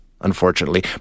unfortunately